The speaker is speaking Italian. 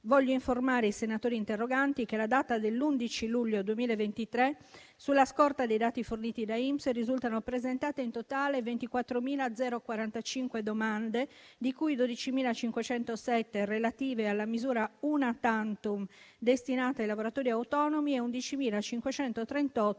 Voglio informare i senatori interroganti che alla data dell'11 luglio 2023, sulla scorta dei dati forniti da INPS, risultano presentate in totale 24.045 domande, di cui 12.507 relative alla misura *una tantum* destinata ai lavoratori autonomi e 11.538